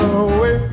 away